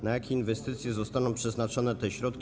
Na jakie inwestycje zostaną przeznaczone te środki?